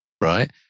right